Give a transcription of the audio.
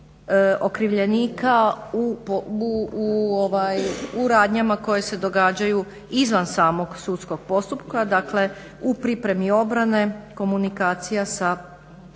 u radnjama koje se događaju izvan samog sudskog postupka dakle u pripremi obrane, komunikacija sa